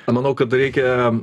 manau kad reikia